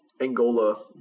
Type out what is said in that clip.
Angola